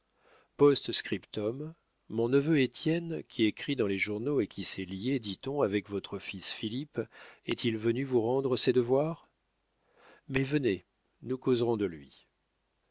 p s mon neveu étienne qui écrit dans les journaux et qui s'est lié dit-on avec votre fils philippe est-il venu vous rendre ses devoirs mais venez nous causerons de lui